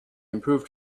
improved